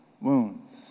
wounds